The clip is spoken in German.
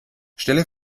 stelle